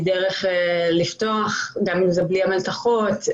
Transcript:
דרך לפתוח אותה, גם ללא המלתחות.